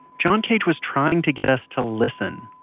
john cage was trying to get us to listen.